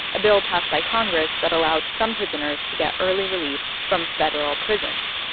a bill passed by congress that allowed some prisoners to get early release from federal prisons.